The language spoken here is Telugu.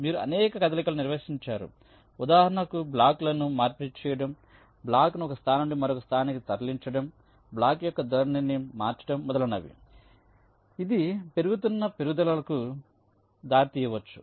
మీరు అనేక కదలికలను నిర్వచించారు ఉదాహరణకు బ్లాక్లను మార్పిడి చేయడం బ్లాక్ను ఒక స్థానం నుండి మరొక స్థానానికి తరలించడం బ్లాక్ యొక్క ధోరణిని మార్చడం మొదలగునవి ఇది పెరుగుతున్న మెరుగుదలలకు దారితీయవచ్చు